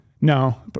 No